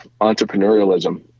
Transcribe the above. entrepreneurialism